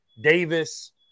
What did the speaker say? Davis